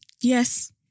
Yes